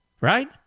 right